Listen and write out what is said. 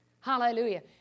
Hallelujah